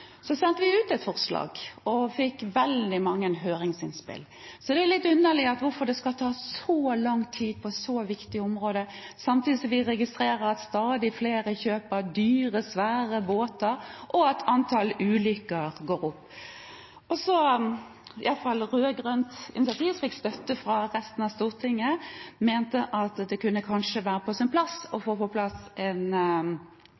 sendte vi ut et forslag og fikk veldig mange høringsinnspill. Så da er det jo litt underlig at det skal ta så lang tid på et så viktig område, samtidig som vi registrerer at stadig flere kjøper dyre, svære båter, og at antallet ulykker går opp. Så mente iallfall rød-grønt initiativ, som fikk støtte fra resten av Stortinget, at det kanskje kunne være på sin plass å